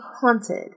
haunted